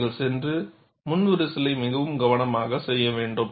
நீங்கள் சென்று முன் விரிசலை மிகவும் கவனமாக செய்ய வேண்டும்